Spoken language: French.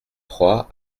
trois